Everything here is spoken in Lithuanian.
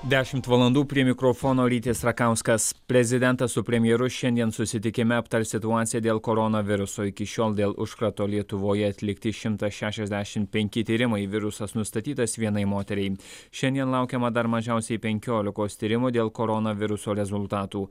dešimt valandų prie mikrofono rytis rakauskas prezidentas su premjeru šiandien susitikime aptars situaciją dėl koronaviruso iki šiol dėl užkrato lietuvoje atlikti šimtas šešiasdešim penki tyrimai virusas nustatytas vienai moteriai šiandien laukiama dar mažiausiai penkiolikos tyrimų dėl koronaviruso rezultatų